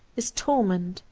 his torment,